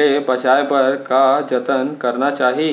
ले बचाये बर का जतन करना चाही?